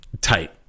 tight